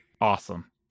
Awesome